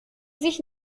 sich